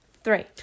three